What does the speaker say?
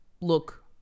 look